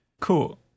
Cool